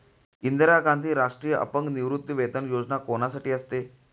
इंदिरा गांधी राष्ट्रीय अपंग निवृत्तीवेतन योजना कोणासाठी असते?